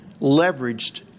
leveraged